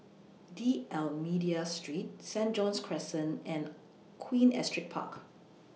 D'almeida Street Saint John's Crescent and Queen Astrid Park